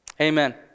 amen